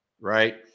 right